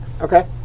Okay